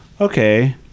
Okay